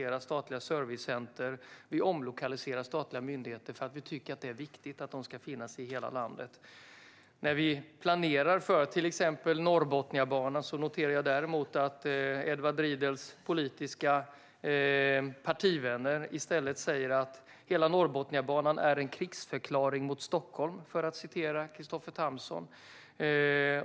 Statliga servicecenter lokaliseras och statliga myndigheter omlokaliseras eftersom vi tycker att det är viktigt att de ska finnas i hela landet. När vi planerar för till exempel Norrbotniabanan noterar jag däremot att Edward Riedls politiska partivänner i stället säger att hela Norrbotniabanan är en krigsförklaring mot Stockholm - enligt Kristoffer Tamsons.